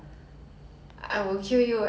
我最喜欢的颜色